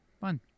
fun